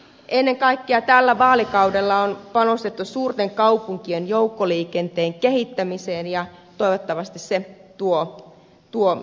ennen kaikkea tällä vaalikaudella on panostettu suurten kaupunkien joukkoliikenteen kehittämiseen ja toivottavasti se tuo edistystä